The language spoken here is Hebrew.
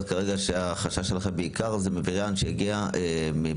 כרגע על זה שהחשש שלכם הוא בעיקר מווריאנט שיגיע מהגבולות.